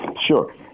Sure